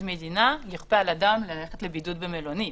מדינה יכפה על אדם ללכת לבידוד במלונית.